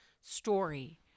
story